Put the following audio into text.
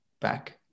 back